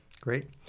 Great